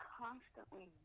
constantly